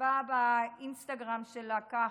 כתבה באינסטגרם שלה כך: